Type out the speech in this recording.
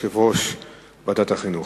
יושב-ראש ועדת החינוך.